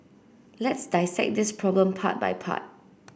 let's dissect this problem part by part